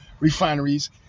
Refineries